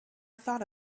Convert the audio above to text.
thought